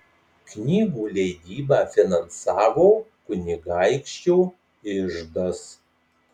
knygų leidybą finansavo kunigaikščio iždas